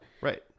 right